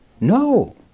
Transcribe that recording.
No